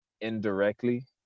indirectly